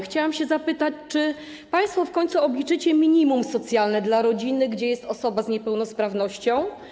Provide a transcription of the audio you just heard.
Chciałam zapytać, czy państwo w końcu obliczycie minimum socjalne dla rodziny, w której jest osoba z niepełnosprawnością.